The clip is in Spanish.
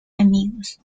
amigos